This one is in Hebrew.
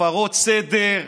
הפרות סדר,